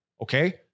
Okay